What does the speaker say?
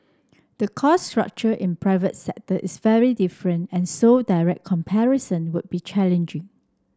the cost structure in private sector is very different and so direct comparison would be challenging